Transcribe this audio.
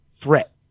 threat